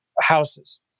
houses